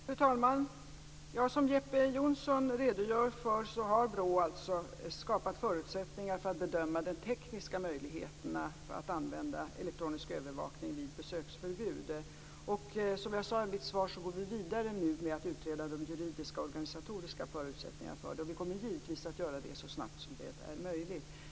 Fru talman! Jeppe Johnsson redogör för att BRÅ skapat förutsättningar för att bedöma de tekniska möjligheterna att använda elektronisk övervakning vid besöksförbud. Som jag sade i mitt svar går vi nu vidare med att utreda de juridiska och organisatoriska förutsättningarna för det. Vi kommer givetvis att göra det så snabbt som det är möjligt.